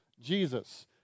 Jesus